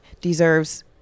deserves